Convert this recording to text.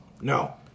No